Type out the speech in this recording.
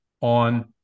on